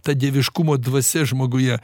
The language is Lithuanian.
ta dieviškumo dvasia žmoguje